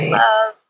love